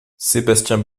sébastien